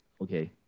Okay